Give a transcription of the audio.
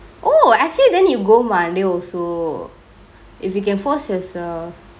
oh I see then you go monday also if you can force yourself